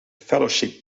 fellowship